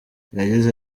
yagize